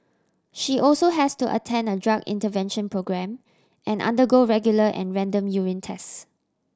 she also has to attend a drug intervention programme and undergo regular and random urine tests